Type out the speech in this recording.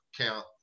count